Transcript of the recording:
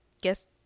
guess